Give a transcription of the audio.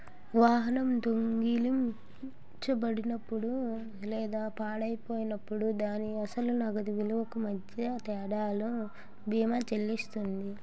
వాహనం దొంగిలించబడినప్పుడు లేదా పాడైపోయినప్పుడు దాని అసలు నగదు విలువకు మధ్య తేడాను బీమా చెల్లిస్తుంది